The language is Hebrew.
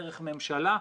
דרך ממשלה.